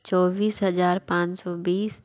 चौबीस हज़ार पाँच सौ बीस